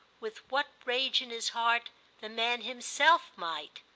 with what rage in his heart the man himself might!